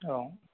औ